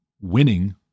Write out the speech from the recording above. winning